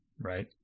right